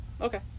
Okay